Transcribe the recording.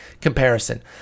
comparison